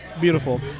beautiful